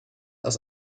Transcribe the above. aus